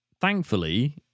thankfully